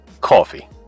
Coffee